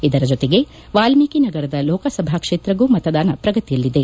ಇದರ ಜೊತೆಗೆ ವಾಲ್ನೀಕಿ ನಗರದ ಲೋಕಸಭಾ ಕ್ಷೇತ್ರಕ್ಕೂ ಮತದಾನ ಪ್ರಗತಿಯಲ್ಲಿದೆ